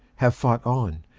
have fought on,